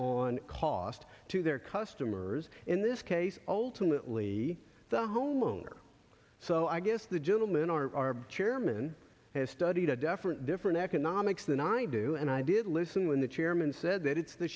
on cost to their customers in this case ultimately the homeowner so i guess the gentleman our chairman has studied a deferent different economics than i do and i did listen when the chairman said that it's the